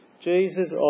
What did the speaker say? Jesus